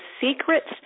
secrets